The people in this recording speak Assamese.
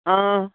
অঁ